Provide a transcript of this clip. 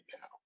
now